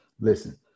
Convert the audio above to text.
listen